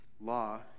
Law